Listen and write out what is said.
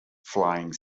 flying